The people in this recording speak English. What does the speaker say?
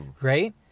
right